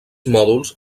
mòduls